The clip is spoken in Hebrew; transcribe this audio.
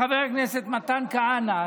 חבר הכנסת מתן כהנא.